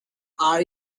are